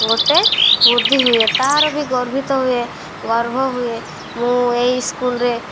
ଗୋଟେ ବୃଦ୍ଧି ହୁଏ ତା'ର ବି ଗର୍ବିତ ହୁଏ ଗର୍ବ ହୁଏ ମୁଁ ଏଇ ସ୍କୁଲରେ